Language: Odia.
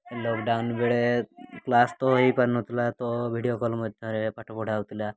ଲକ୍ଡ଼ାଉନ୍ ବେଳେ କ୍ଲାସ୍ ତ ହୋଇପାରୁନଥିଲା ତ ଭିଡ଼ିଓ କଲ୍ ମଧ୍ୟରେ ପାଠ ପଢ଼ା ହେଉଥିଲା